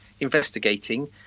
investigating